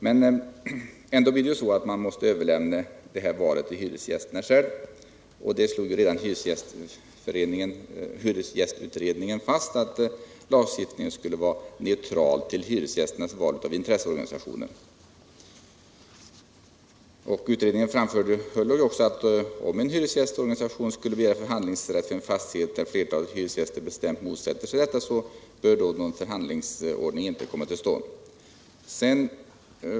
Man måste dock överlämna detta val till hyresgästerna själva, och redan hyresgästutredningen slog fast utt lagstiftningen skall vara neutral till hyresgästernas val av intresseorganisationer. Utredningen framhöll också. att om en hyresgästorganisation skulle begära förhandlingsrätt för en fastighet. där flertalet hyresgäster bestämt motsätter sig detta, bör någon sädan törhandlingsordning inte komma ull stånd.